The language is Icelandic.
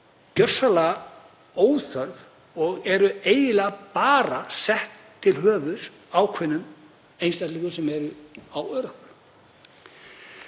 gjörsamlega óþörf og eru eiginlega bara sett til höfuðs ákveðnum einstaklingum sem eru á örorku.